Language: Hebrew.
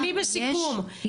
אני בסיכום.